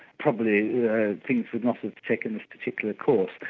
probably things would not have taken this particular course.